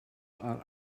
are